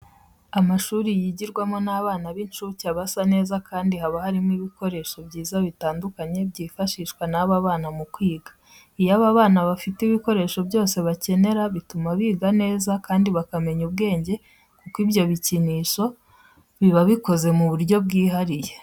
Amashuri yigirwamo n'abana b'incuke aba asa neza kandi haba harimo ibikoresho byiza bitandukanye byifashishwa n'aba bana mu kwiga. Iyo aba bana bafite ibikoresho byose bakenera bituma biga neza kandi bakamenya ubwenge kuko ibyo bikinisho biba bikozwe mu buryo bwihariye.